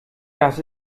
das